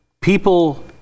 people